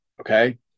okay